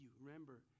Remember